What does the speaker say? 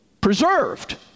preserved